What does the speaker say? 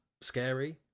scary